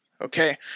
okay